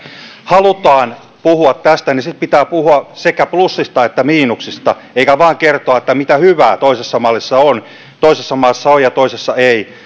haluamme puhua tästä niin sitten pitää puhua sekä plussista että miinuksista eikä vain kertoa mitä hyvää toisessa mallissa on ja toisessa ei minä